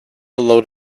load